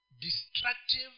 destructive